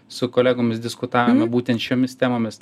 su kolegomis diskutavome būtent šiomis temomis